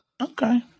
Okay